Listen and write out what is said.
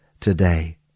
today